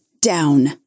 down